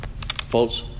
Folks